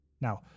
Now